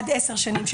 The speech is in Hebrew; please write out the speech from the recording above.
עד עשר שנים,